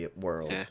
world